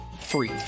free